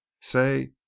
say